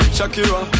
Shakira